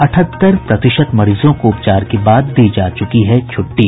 अठहत्तर प्रतिशत मरीजों को उपचार के बाद दी जा चुकी है छुट्टी